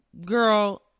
Girl